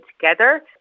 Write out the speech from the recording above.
together